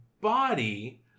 body